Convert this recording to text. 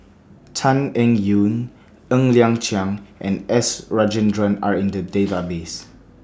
Tan Eng Yoon Ng Liang Chiang and S Rajendran Are in The Database